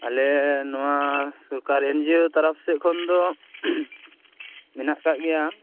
ᱟᱞᱮ ᱱᱚᱶᱟ ᱥᱚᱨᱠᱟᱨᱤ ᱮᱱᱡᱤᱭᱳ ᱛᱚᱨᱚᱯᱷ ᱥᱮᱫ ᱠᱷᱚᱱ ᱫᱚ ᱢᱮᱱᱟᱜ ᱟᱠᱟᱫ ᱜᱮᱭᱟ